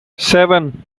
seven